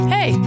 Hey